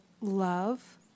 love